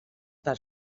per